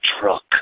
truck